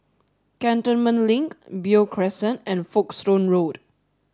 Cantonment Link Beo Crescent and Folkestone Road